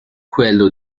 quello